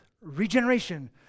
regeneration